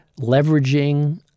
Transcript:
leveraging